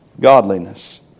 Godliness